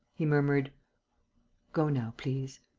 he murmured go now, please.